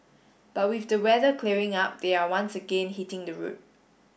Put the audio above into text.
but with the weather clearing up they are once again hitting the road